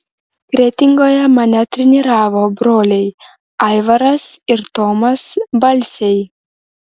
kretingoje mane treniravo broliai aivaras ir tomas balsiai